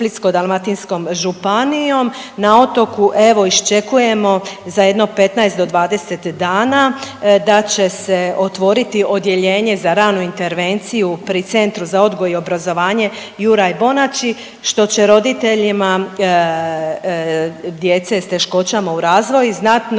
Na otoku evo iščekujemo za jedno 15 do 20 dana da će se otvoriti odjeljenje za ranu intervenciju pri Centru za odgoj i obrazovanje „Juraj Bonači“ što će roditeljima djece s teškoćama u razvoju znatno